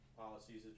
policies